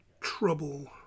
trouble